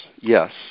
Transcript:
Yes